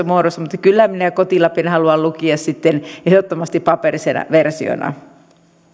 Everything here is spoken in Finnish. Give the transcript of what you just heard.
muodossa kyllä minä koti lapin haluan lukea sitten ehdottomasti paperisena versiona